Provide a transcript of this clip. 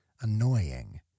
annoying